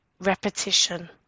repetition